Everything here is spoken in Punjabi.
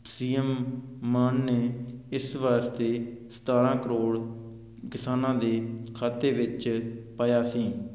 ਸੀ ਐਮ ਮਾਨ ਨੇ ਇਸ ਵਾਸਤੇ ਸਤਾਰ੍ਹਾਂ ਕਰੋੜ ਕਿਸਾਨਾਂ ਦੇ ਖਾਤੇ ਵਿੱਚ ਪਾਇਆ ਸੀ